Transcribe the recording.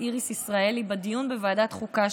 איריס ישראלי בדיון שהיה לנו בוועדת החוקה: